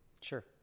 Sure